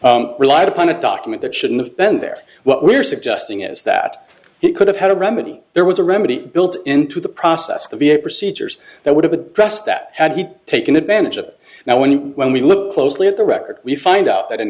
j relied upon a document that shouldn't have been there what we're suggesting is that it could have had a remedy there was a remedy built into the process the v a procedures that would have addressed that had he taken advantage of that now when when we look closely at the record we find out that in